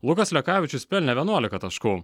lukas lekavičius pelnė vienuolika taškų